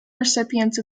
recipients